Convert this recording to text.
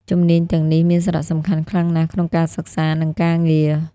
ជំនាញទាំងនេះមានសារៈសំខាន់ខ្លាំងណាស់ក្នុងការសិក្សា និងការងារ។